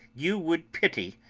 you would pity,